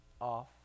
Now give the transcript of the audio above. off